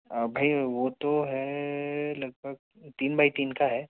अभी वो तो है लगभग तीन बाई तीन का है